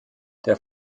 der